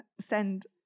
send